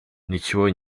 ничего